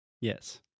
Yes